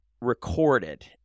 recorded